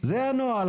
זה הנוהל.